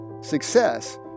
success